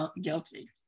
guilty